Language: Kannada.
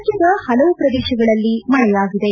ರಾಜ್ದದ ಹಲವು ಪ್ರದೇಶಗಳಲ್ಲಿ ಮಳೆಯಾಗಿದೆ